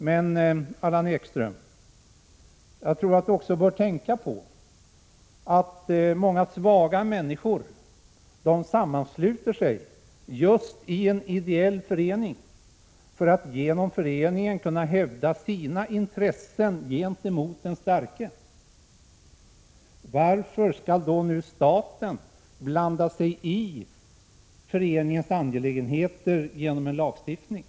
Men jag tror att Allan Ekström också bör tänka på att många svaga människor sammansluter sig just i en ideell förening för att genom föreningen kunna hävda sina intressen gentemot den starke. Varför skall då staten blanda sig i föreningens angelägenheter genom lagstiftning?